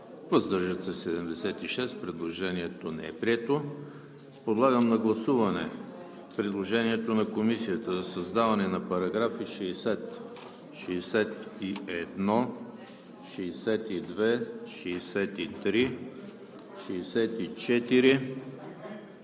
въздържали се 76. Предложението не е прието. Подлагам на гласуване предложението на Комисията за създаване на параграфи 60, 61, 62, 63 и 64